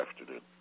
afternoon